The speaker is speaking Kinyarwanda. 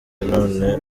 none